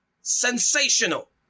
sensational